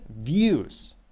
views